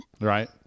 Right